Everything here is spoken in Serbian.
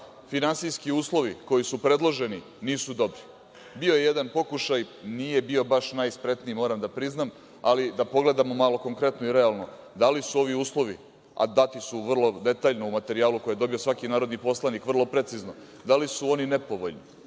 finansijski uslovi koji su predloženi nisu dobri. Bio je jedan pokušaj, nije bio baš najspretniji, moram da priznam, ali da pogledamo malo konkretno i realno, da li su ovi uslovi, a dati su vrlo detaljno u materijalu koji je dobio svaki narodni poslanik, vrlo precizno, da li su oni nepovoljni.